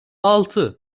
altı